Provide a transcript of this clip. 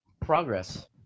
Progress